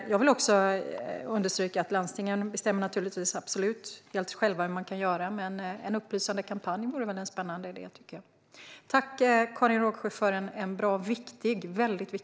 Jag vill också understryka att landstingen absolut bestämmer helt själva hur de ska göra, men en upplysande kampanj vore väl en spännande idé, tycker jag. Tack, Karin Rågsjö, för en bra och väldigt viktig debatt!